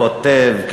כותב,